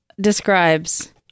describes